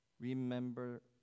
Remember